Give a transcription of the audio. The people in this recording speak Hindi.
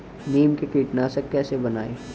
नीम से कीटनाशक कैसे बनाएं?